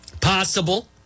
Possible